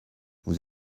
vous